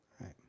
right